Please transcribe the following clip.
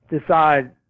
decide